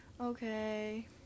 Okay